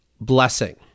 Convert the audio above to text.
blessing